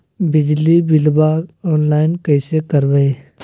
बिजली बिलाबा ऑनलाइन कैसे करबै?